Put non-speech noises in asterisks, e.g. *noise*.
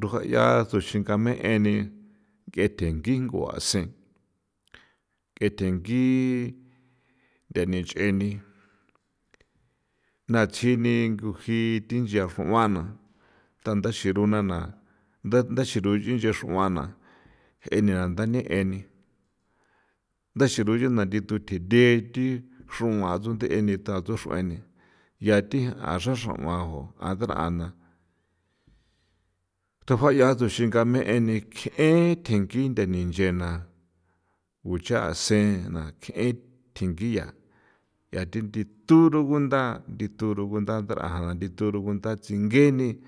Rujaya thun xigam'eni nk'e the nyingua sen nk'e thengi nthe nich'eni na tsjini nguji thin nchia ruana tanda xiruna na ntha thaxiru inch'e ruana eni ntha ne nthaxiru ruthuna thi thathe xroan duntheni thaxrueni ya thi ja xraxrauan thujaya thun xigame nithi ke thegani nch'ena ku chase na nk'e thingi yaa nchathi *noise* ndithu rugunda ndithu rugunda' jana thi thu rugunda ngueni 'i